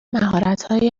مهارتهایی